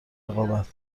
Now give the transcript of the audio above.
رقابت